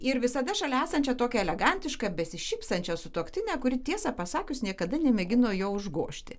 ir visada šalia esančią tokią elegantišką besišypsančią sutuoktinę kuri tiesą pasakius niekada nemėgino jo užgožti